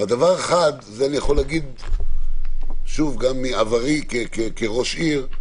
אבל דבר אחד אני יכול לומר גם מעברי כראש עיר,